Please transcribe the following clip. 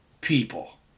people